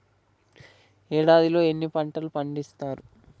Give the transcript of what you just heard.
ఏడాదిలో ఎన్ని పంటలు పండిత్తరు?